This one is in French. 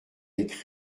avec